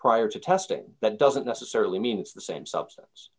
prior to testing that doesn't necessarily mean it's the same substance